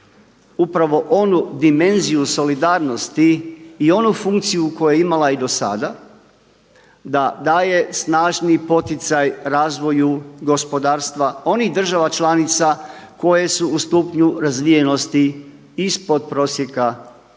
upravo onu dimenziju solidarnosti i onu funkciju koju je imala i do sada, da daje snažni poticaj razvoju gospodarstva onih država članica koje su u stupnju razvijenosti ispod prosjeka EU.